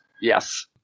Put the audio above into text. Yes